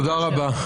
תודה רבה.